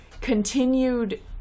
continued